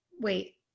wait